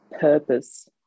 purpose